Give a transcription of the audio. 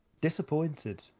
Disappointed